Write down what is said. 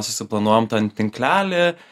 susiplanuojam tą tinklelį